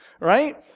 right